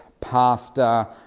pasta